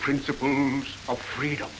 principle of freedom